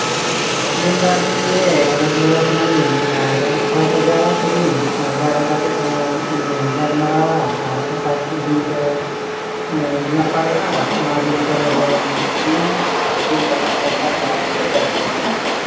ᱢᱮᱱ ᱫᱚ ᱟᱹᱵᱤᱱᱜᱮ ᱢᱟᱹᱡᱷᱤ ᱵᱟᱵᱟ ᱠᱟᱱᱟᱵᱤᱱ ᱟᱨ ᱦᱚᱲᱠᱚ ᱡᱟᱣᱨᱟ ᱠᱚᱵᱤᱱ ᱦᱚᱲ ᱡᱟᱣᱨᱟ ᱠᱟᱛᱮ ᱵᱚᱱ ᱤᱭᱟᱹ ᱜᱟᱞᱢᱟᱨᱟᱣᱟ ᱟᱨ ᱚᱠᱟ ᱠᱚ ᱫᱤᱱ ᱠᱚᱨᱮ ᱱᱟᱯᱟᱭᱚᱜᱼᱟ ᱚᱱᱟ ᱫᱤᱱ ᱠᱚᱨᱮ ᱵᱚᱱ ᱫᱤᱱᱟ ᱟᱨ ᱫᱤᱱ ᱠᱟᱛᱮ ᱦᱟᱰᱮ ᱜᱟᱞᱢᱟᱨᱟᱣ ᱵᱚᱱ ᱥᱮᱴᱮᱨ ᱦᱚᱴᱚ ᱠᱟᱜᱼᱟ